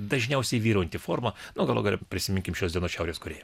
dažniausiai vyraujanti forma nu galų gale prisiminkim šios dienos šiaurės korėją